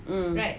mm